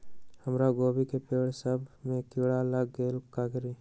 हमरा गोभी के पेड़ सब में किरा लग गेल का करी?